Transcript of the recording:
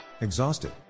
exhausted